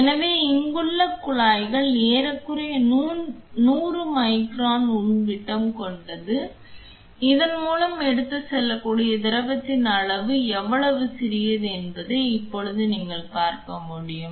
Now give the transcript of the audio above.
எனவே இங்குள்ள குழாய்கள் ஏறக்குறைய 100 மைக்ரான் உள் விட்டம் கொண்டது இதன் மூலம் எடுத்துச் செல்லக்கூடிய திரவத்தின் அளவு எவ்வளவு சிறியது என்பதை இப்போது நீங்கள் பார்க்க முடியும்